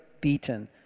beaten